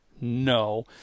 No